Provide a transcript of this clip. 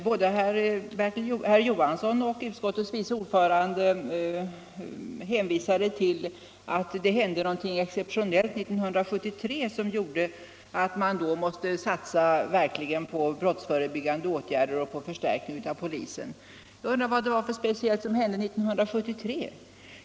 Herr talman! Både herr Johansson i Växjö och utskottets vice ordförande hänvisade till att det hände någonting exceptionellt 1973, som gjorde att man då verkligen måste satsa på brottsförebyggande åtgärder och få en förstärkning av polisen. Jag undrar vad det var för speciellt som hände 1973?